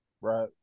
right